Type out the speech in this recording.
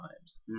times